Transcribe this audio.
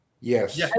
Yes